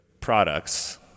products